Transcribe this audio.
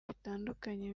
bitandukanye